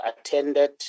attended